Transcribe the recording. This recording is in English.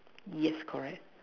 yes correct